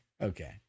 Okay